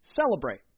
celebrate